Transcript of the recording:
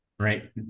Right